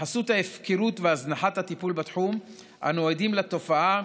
בחסות ההפקרות והזנחת הטיפול בתחום אנו עדים לתופעה